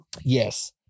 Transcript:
yes